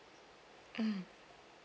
mm